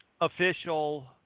official